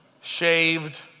shaved